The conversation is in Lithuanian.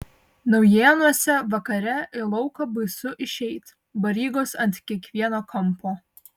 naujėnuose vakare į lauką baisu išeit barygos ant kiekvieno kampo